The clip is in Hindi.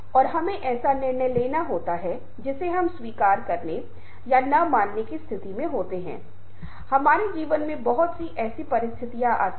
परिवर्तन प्रबंधन एक ऐसी चीज है जिसका किसी ऐसी दुनिया में परिवर्तन से सामना करने की क्षमता के साथ करना है जहां चीजें बहुत तेजी से आगे बढ़ती हैं